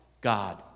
God